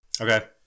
Okay